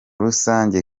rusange